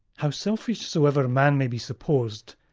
how selfish soever man may be supposed,